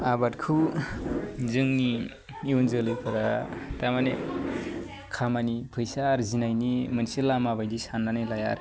आबादखौ जोंनि इउन जोलैफ्रा थारमाने खामानि फैसा आरजिनायनि मोनसे लामा बायदि सान्नानै लाया आरो